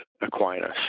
Aquinas